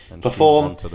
perform